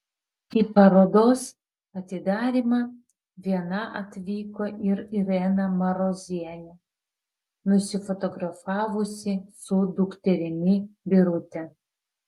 į parodos atidarymą viena atvyko ir irena marozienė nusifotografavusi su dukterimi birute